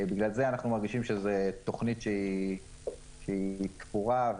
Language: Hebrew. בגלל זה אנחנו מרגישים שזו תכנית שהיא תפורה,